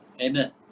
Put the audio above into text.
amen